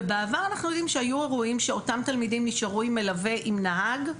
ובעבר אנחנו יודעים שהיו אירועים שאותם תלמידים נשארו עם מלווה עם נהג,